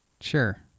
Sure